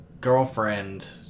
girlfriend